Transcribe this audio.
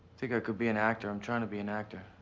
think i could be an actor, i'm tryin' to be an actor.